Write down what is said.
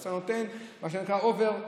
אז אתה נותן מה שנקרא אובר,